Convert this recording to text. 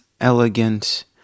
elegant